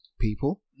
people